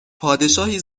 پادشاهی